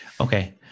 Okay